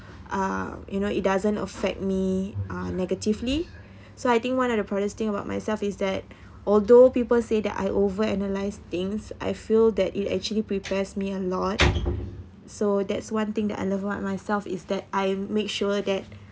uh you know it doesn't affect me uh negatively so I think one of the proudest thing about myself is that although people say that I overanalyse things I feel that it actually prepares me a lot so that's one thing that I love about myself is that I make sure that